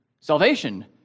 salvation